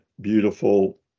beautiful